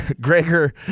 Gregor